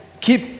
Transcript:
Keep